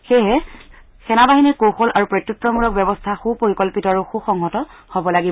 সেয়েহে সেনা বাহিনীৰ কৌশল আৰু প্ৰত্যুত্তৰমূলক ব্যৱস্থা সুপৰিকল্পিত আৰু সুসংহত হ'ব লাগিব